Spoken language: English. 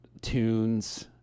tunes